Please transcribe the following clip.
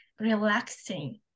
relaxing